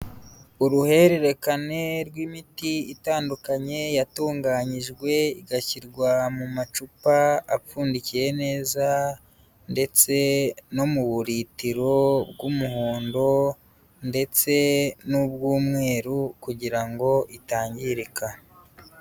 Uruhererekane rw'imiti itandukanye yatunganyijwe igashyirwa mu macupa apfundikiye neza, ndetse no mu buritiro bw'umuhondo, ndetse n'ubw'umweru kugira ngo itangirika.